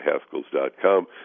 Haskell's.com